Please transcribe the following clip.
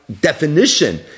definition